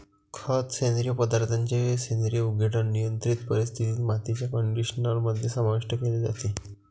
खत, सेंद्रिय पदार्थांचे सेंद्रिय विघटन, नियंत्रित परिस्थितीत, मातीच्या कंडिशनर मध्ये समाविष्ट केले जाते